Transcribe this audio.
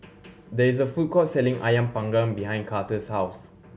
there is a food court selling Ayam Panggang behind Carter's house